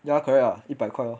ya correct lah 一百块 lor